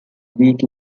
week